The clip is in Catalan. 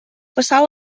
passar